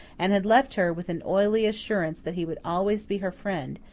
and had left her with an oily assurance that he would always be her friend,